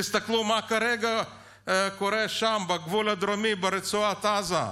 תסתכלו מה קורה כרגע בגבול הדרומי, ברצועת עזה,